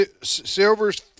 Silver's